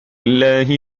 الله